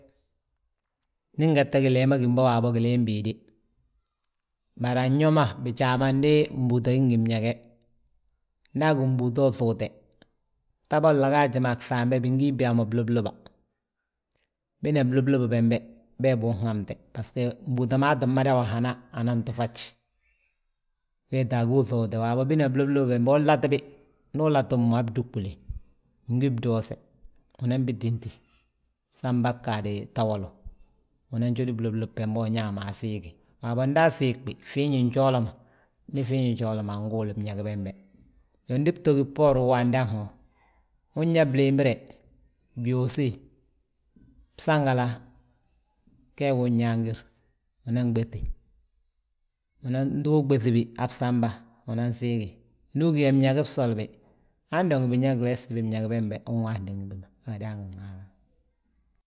Ndi ngette gilee ma gím bo gileen béede, bari anyo ma bijaa ma ndi mbúuta gí ngi bñege. Nda agí mbúuta uŧuute, bta bolla gaaj ma a ŧambe bingi byaa mo, bluluba; Bina bluluba bembe be bee bi unhamte, baso mbúuta ma aa ttim mada wahana ana tufaj. Weeti agú uŧuute, waabo bina blulub bembe unlati bi, ndu ulatib mo han bdúɓule bgi bdoose,. Unan bi tínti, san baa ggaadi ta wolo, unan jódi blulub bembe uñaa ma asiigi. Waabo nda asiigbi fiiñi njoolu ma, ndu fiiñi joolo ma anguuli bñeg bembe. Iyoo, ndi bto gí a bboorin wa andaŋ ho, inyaa blimbire, byuusi, bsagala, gee gu unyaangir, unan ɓéŧi. Ndu uɓéŧi bi han bsamba, unan siigi, ndu ugí yaa bñegi bsoli bi. Handi ngi binyaa glee gsibi, bẽgi bembe unwaandi ngi bi ma a gindaangin Haala.